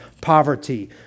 poverty